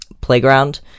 playground